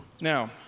Now